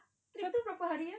trip tu berapa hari ye